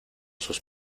sus